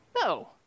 No